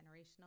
generational